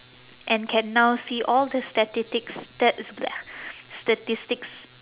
and can now see all the statistic st~ bleagh statistics